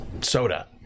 soda